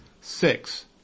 six